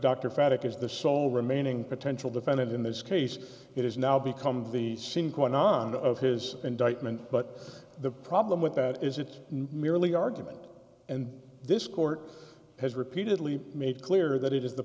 is the sole remaining potential defendant in this case it has now become the scene quite nanda of his indictment but the problem with that is it's merely argument and this court has repeatedly made clear that it is the